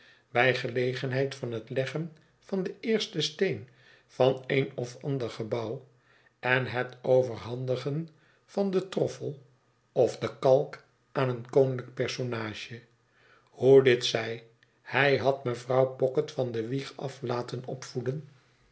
bij gelegenheid van het leggen van den eersten steen van een of ander gebouw en het overhandigen van den troffel of de kalk aan een koninklijk personage hoe dit zij hij had mevrouw pocket van de wieg af laten opvoeden